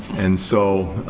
and so,